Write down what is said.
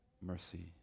Mercy